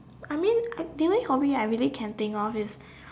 I mean the only hobby I really can think of is